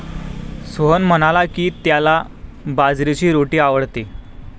सोहन म्हणाला की, त्याला बाजरीची रोटी आवडते